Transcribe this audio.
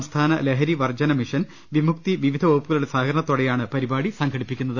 സംസ്ഥാന ലഹരിവർജ്ജന മിഷൻ വിമുക്തി വിവിധ പ്പകുപ്പുകളുടെ സഹകരണത്തോടെയാണ് പരിപാടി സംഘടിപ്പിക്കുന്നത്